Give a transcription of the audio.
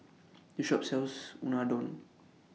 This Shop sells Unadon